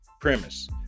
premise